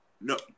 no